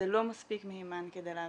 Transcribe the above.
זה לא מספיק מהימן כדי להבין,